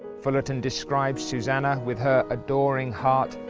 fullerton described susannah, with her adoring heart,